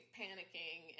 panicking